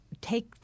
take